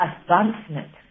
advancement